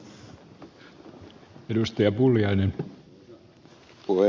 arvoisa puhemies